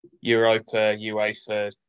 Europa-UEFA